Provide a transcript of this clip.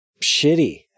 shitty